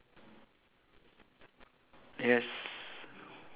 K so I circle the one on the right I mean the on the floor lah